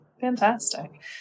fantastic